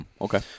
Okay